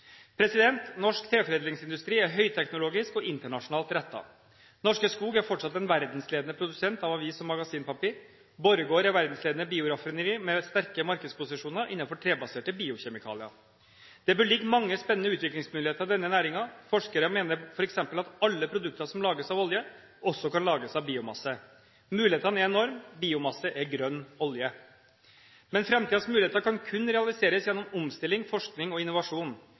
Norsk treforedlingsindustri er høyteknologisk og internasjonalt rettet. Norske Skog er fortsatt en verdensledende produsent av avis- og magasinpapir. Borregaard er et verdensledende bioraffineri med sterke markedsposisjoner innenfor trebaserte biokjemikalier. Det bør ligge mange spennende utviklingsmuligheter i denne næringen. Forskere mener f.eks. at alle produkter som lages av olje, også kan lages av biomasse. Mulighetene er enorme – biomasse er grønn olje. Men framtidens muligheter kan kun realiseres gjennom omstilling, forskning og innovasjon.